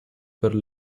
per